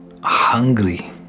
hungry